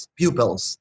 pupils